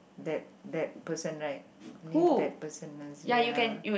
that that person right only that person